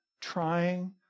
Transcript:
trying